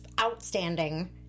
outstanding